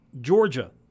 Georgia